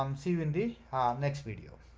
um see you in the next video.